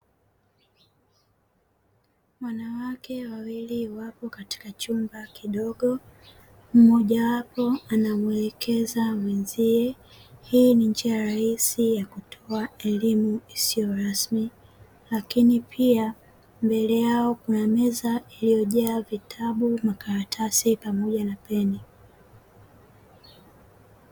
Wanawake wawili wapo katika chumba kidogo mmojawapo anamuelekeza mwenzie, hii ni njia rahisi ya kutoa elimu isiyo rasmi. Lakini pia mbele yao kuna meza iliyojaa vitabu, makaratasi pamoja na peni.